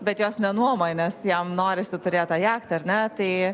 bet jos nenuomoja nes jam norisi turėti tą jachtą ar ne tai